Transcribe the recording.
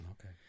okay